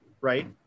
right